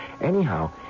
Anyhow